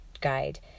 Guide